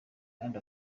kandi